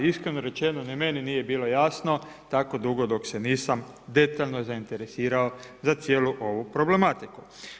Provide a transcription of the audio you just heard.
Iskreno rečeno, ni meni nije bilo jasno tako dugo dok se nisam detaljno zainteresirao za cijelu ovu problematiku.